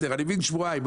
אני מבין שזה ייקח שבועיים,